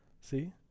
See